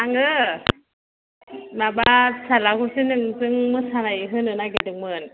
आङो माबा फिसाज्लाखौसो नोंजों मोसानाय होनो नागिरदोंमोन